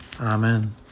Amen